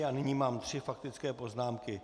A nyní mám tři faktické poznámky.